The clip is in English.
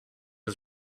was